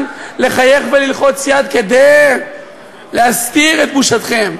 לחייך וללחוץ יד כדי להסתיר את בושתכם.